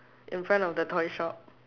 in front of the toy shop